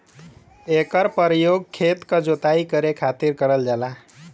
एकर परयोग खेत क जोताई करे खातिर करल जाला